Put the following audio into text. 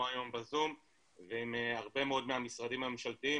היום בזום ועם הרבה מאוד מהמשרדים הממשלתיים,